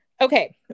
Okay